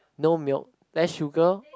no milk less sugar